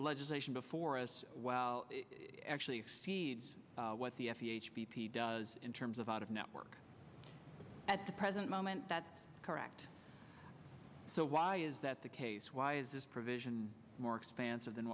legislation before us well actually exceeds what the b p does in terms of out of network at the present moment that's correct so why is that the case why is this provision more expansive than